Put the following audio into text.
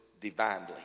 divinely